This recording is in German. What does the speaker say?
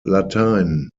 latein